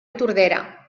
tordera